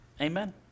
Amen